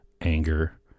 anger